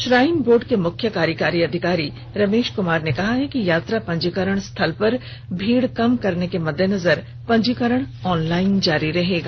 shrine board के मुख्य कार्यकारी अधिकारी रमेश कुमार ने कहा है कि यात्रा पंजीकरण स्थल पर भीड़ कम करने के मद्देनजर पंजीकरण ऑनलाइन जारी रखेगा